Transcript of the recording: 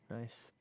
Nice